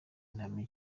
ntamenya